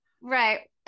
Right